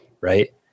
right